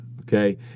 okay